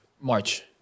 March